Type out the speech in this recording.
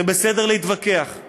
זה בסדר להתווכח.